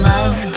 Love